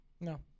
No